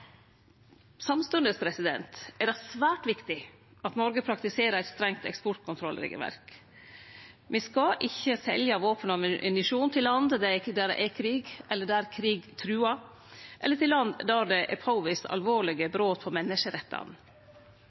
Samstundes er det svært viktig at Noreg praktiserer eit strengt eksportkontrollregelverk. Me skal ikkje selje våpen og ammunisjon til land der det er krig, der krig truar, eller der det er påvist alvorlege brot på menneskerettane.